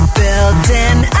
building